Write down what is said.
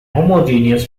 homogeneous